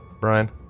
brian